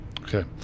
Okay